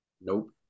Nope